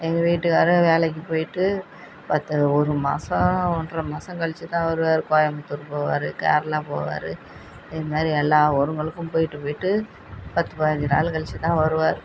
எங்கள் வீட்டுக்காரர் வேலைக்கு போய்விட்டு பத்து ஒரு மாதம் ஒன்றரை மாதம் கழிச்சிதான் வருவார் கோயம்புத்தூர் போவார் கேரளா போவார் இது மாதிரி எல்லா ஊருகளுக்கும் போய்விட்டு போய்விட்டு பத்து பதினஞ்சு நாள் கழிச்சிதான் வருவார்